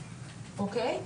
אוקי,